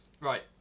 Right